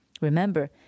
Remember